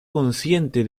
consciente